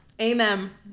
Amen